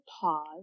pause